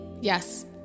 yes